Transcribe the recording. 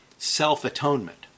Self-atonement